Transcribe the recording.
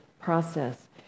process